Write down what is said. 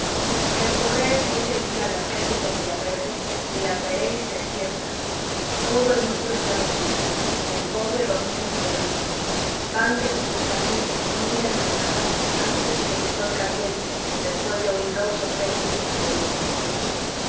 recorred ese día las calles de villaverde y las veréis desiertas todo el mundo está de gira el pobre lo mismo que el rico vánse con sus familias muy de mañana antes que el sol caliente después de oír dos o tres misas por los difuntos